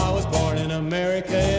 was born in america,